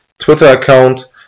Twitter-Account